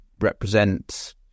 represent